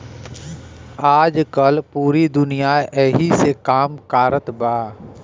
आजकल पूरी दुनिया ऐही से काम कारत बा